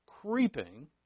creeping